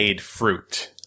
fruit